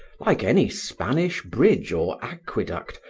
like any spanish bridge or aqueduct,